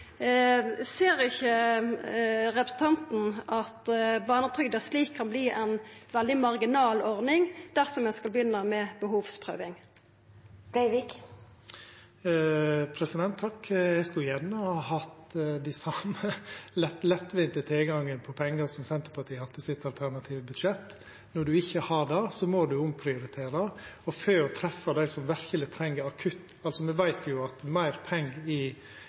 Ser ikkje representanten Breivik at barnetrygda slik kan verta ei veldig marginal ordning dersom ein skal begynna med behovsprøving? Eg skulle gjerne hatt den same lettvinte tilgangen på pengar som Senterpartiet har hatt i sitt alternative budsjett. Når ein ikkje har det, må ein omprioritera. Me veit jo at meir